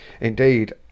Indeed